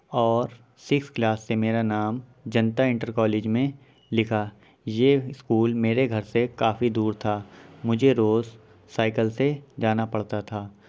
اور six class سے میرا نام جنتا انٹر کالج میں لکھا یہ اسکول میرے گھر سے کافی دور تھا مجھے روز سائیکل سے جانا پڑتا تھا